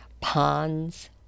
Ponds